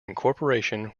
incorporation